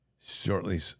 Shortly